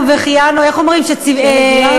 שהגיענו והחיינו, איך אומרים, מרגי?